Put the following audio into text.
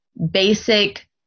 basic